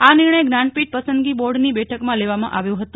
આ નિર્ણય જ્ઞાનપીઠ પસદંગી બોર્ડની બેઠકમાં લેવામાં આવ્યો હતો